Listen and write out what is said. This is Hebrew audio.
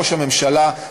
ראש הממשלה,